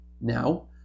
now